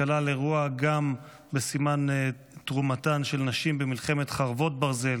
שכלל אירוע גם בסימן תרומתן של נשים במלחמת חרבות ברזל,